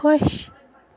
خۄش